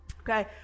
Okay